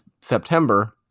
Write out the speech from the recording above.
September